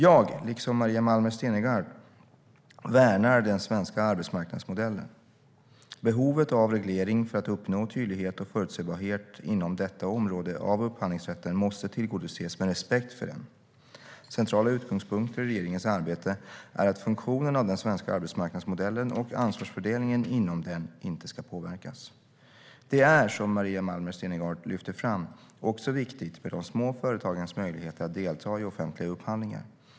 Jag, liksom Maria Malmer Stenergard, värnar den svenska arbetsmarknadsmodellen. Behovet av reglering för att uppnå tydlighet och förutsebarhet inom detta område av upphandlingsrätten måste tillgodoses med respekt för den. Centrala utgångspunkter i regeringens arbete är att funktionen av den svenska arbetsmarknadsmodellen och ansvarsfördelningen inom den inte ska påverkas. Det är, som Maria Malmer Stenergard lyfter fram, också viktigt med de små företagens möjligheter att delta i offentliga upphandlingar.